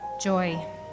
Joy